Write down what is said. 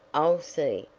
i'll see,